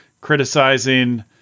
criticizing